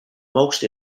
most